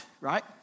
right